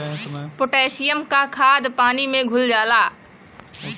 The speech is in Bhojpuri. पोटेशियम क खाद पानी में घुल जाला